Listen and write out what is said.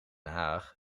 haag